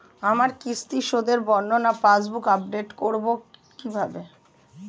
আমার কিস্তি শোধে বর্ণনা পাসবুক আপডেট করব কিভাবে?